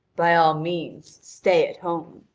by all means stay at home!